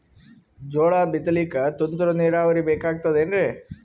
ಜೋಳ ಬಿತಲಿಕ ತುಂತುರ ನೀರಾವರಿ ಬೇಕಾಗತದ ಏನ್ರೀ?